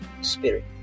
Spirit